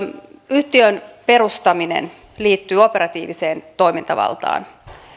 yhtiön perustaminen liittyy operatiiviseen toimintavaltaan